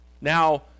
now